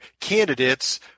candidates